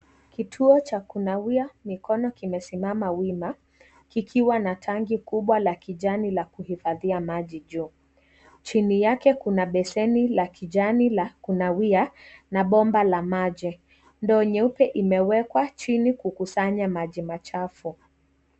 Kituo cha kunawia mikono kimesimama wima kikiwa na tanki kubwa la kijani la kuhifadhia maji juu, chini yake kuna beseni la kijani la kunawia na bomba la maji, ndoo nyeupe imewekwa chini kukusanya maji machafu.